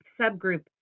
subgroup